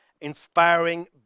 inspiring